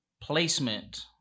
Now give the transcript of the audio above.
placement